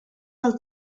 del